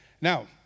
now